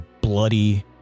bloody